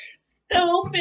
stupid